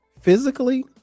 physically